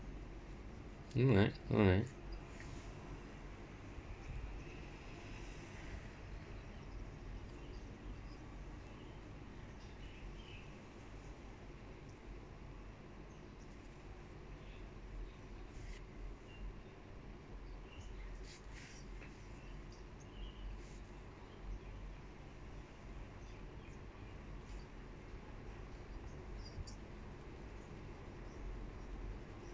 alright alright